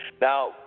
Now